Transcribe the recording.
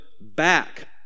back